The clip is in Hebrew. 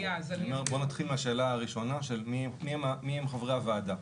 אני אומר שנתחיל מהשאלה הראשונה של מי הם חברי הוועדה.